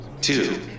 Two